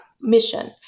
mission